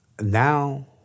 now